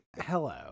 hello